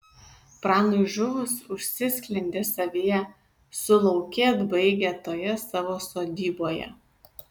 pranui žuvus užsisklendė savyje sulaukėt baigia toje savo sodyboje